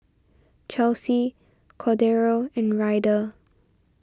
Chelsi Cordero and Ryder